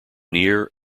near